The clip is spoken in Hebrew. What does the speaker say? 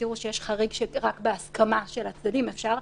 תראו שיש חריג שרק בהסכמה של הצדדים אפשר,